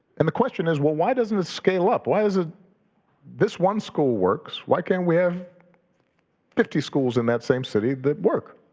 and the question is, well, why doesn't it scale up? why is it this one school works, why can't we have fifty schools in that same city that work?